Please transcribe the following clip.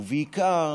ובעיקר